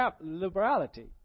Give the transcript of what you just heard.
liberality